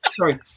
Sorry